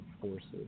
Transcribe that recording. forces